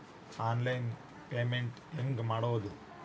Online payment ಹೆಂಗ್ ಮಾಡೋದು?